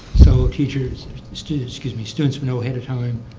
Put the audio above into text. so teachers students, excuse me, students would know ahead of time.